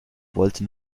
wollte